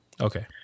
Okay